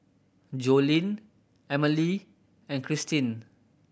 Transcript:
Joline Emmalee and Krystin